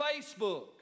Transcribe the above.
Facebook